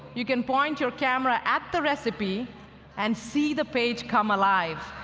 you can point your camera at the recipe and see the page come alive,